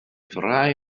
rhai